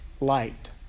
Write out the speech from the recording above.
light